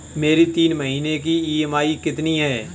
मेरी तीन महीने की ईएमआई कितनी है?